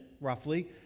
roughly